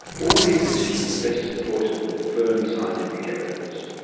all these decisions are best supported with firm scientific evidence.